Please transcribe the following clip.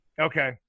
okay